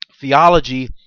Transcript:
theology